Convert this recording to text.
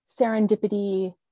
serendipity